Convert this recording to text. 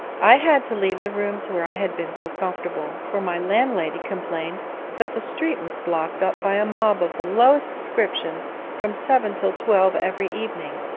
i had to leave the rooms where i had been so comfortable, for my landlady complained that the street was blocked up by a mob of the lowest description from seven till twelve every evening,